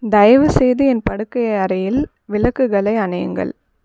தயவுசெய்து என் படுக்கையறையில் விளக்குகளை அணையுங்கள்